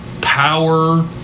power –